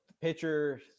pitcher